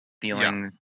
feelings